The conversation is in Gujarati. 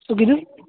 શું કીધું